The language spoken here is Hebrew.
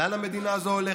לאן המדינה הזאת הולכת?